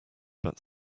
but